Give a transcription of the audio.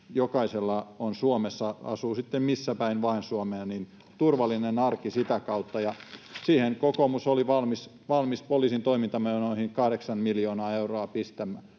jokaisella on Suomessa, asuu sitten missä päin vain Suomea, turvallinen arki sitä kautta. Kokoomus oli valmis pistämään poliisin toimintamenoihin kahdeksan miljoonaa euroa lisää,